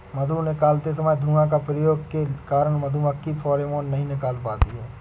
मधु निकालते समय धुआं का प्रयोग के कारण मधुमक्खी फेरोमोन नहीं निकाल पाती हैं